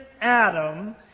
Adam